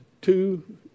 two